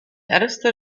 erster